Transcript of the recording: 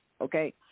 okay